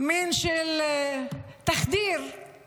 מין (אומרת בערבית:), מזרימים פושים